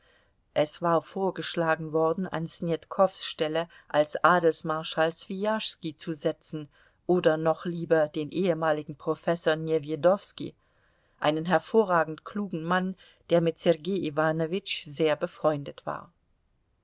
es war vorgeschlagen worden an snetkows stelle als adelsmarschall swijaschski zu setzen oder noch lieber den ehemaligen professor newjedowski einen hervorragend klugen mann der mit sergei iwanowitsch sehr befreundet war